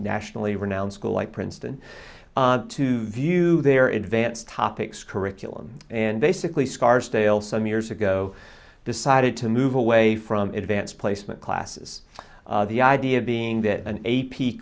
nationally renowned school like princeton to view their advanced topics curriculum and basically scarsdale some years ago decided to move away from advanced placement classes the idea being that an a p